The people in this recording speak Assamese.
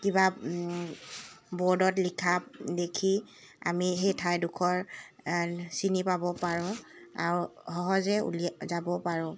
কিবা ব'ৰ্ডত লিখা দেখি আমি সেই ঠাইডোখৰ চিনি পাব পাৰোঁ আৰু সহজে উলিয়া যাব পাৰোঁ